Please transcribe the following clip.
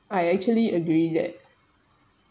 I actually agree that